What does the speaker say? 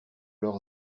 leur